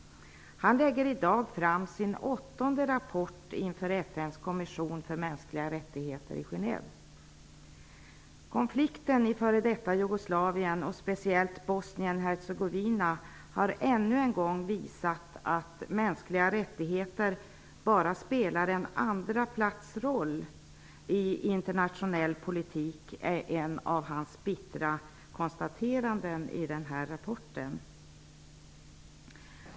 Han lägger i dag fram sin åttonde rapport inför Genève. Konflikterna i det f.d. Jugoslavien och speciellt i Bosnien-Hercegovina har ännu en gång visat att mänskliga rättigheter bara spelar en andra plats-roll i internationell politik. Detta är ett av hans bittra konstateranden i rapporten.